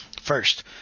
First